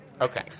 Okay